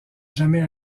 jamais